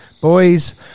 Boys